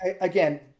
again